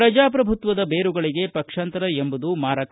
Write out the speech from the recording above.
ಪ್ರಜಾಪ್ರಭುತ್ವದ ಬೇರುಗಳಿಗೆ ಪಕ್ಷಾಂತರ ಎಂಬುದು ಮಾರಕ